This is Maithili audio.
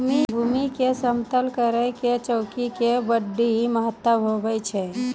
भूमी के समतल करै मे चौकी के बड्डी महत्व हुवै छै